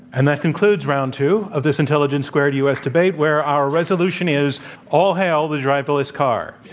and that concludes round two of this intelligence squared u. s. debate, where our resolution is all hail the driverless car.